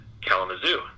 Kalamazoo